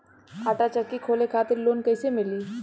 आटा चक्की खोले खातिर लोन कैसे मिली?